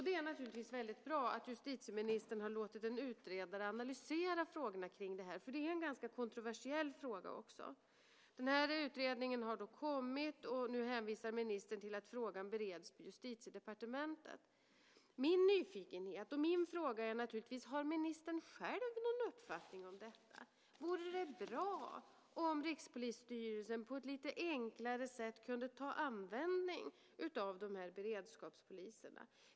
Det är naturligtvis väldigt bra att justitieministern har låtit en utredare analysera frågorna kring detta. Det är en ganska kontroversiell fråga. Utredningen har kommit och ministern hänvisar till att frågan bereds på Justitiedepartementet. Jag är nyfiken och min fråga är: Har ministern själv någon uppfattning om detta? Vore det bra om Rikspolisstyrelsen på ett lite enklare sätt kunde ta användning av beredskapspoliserna?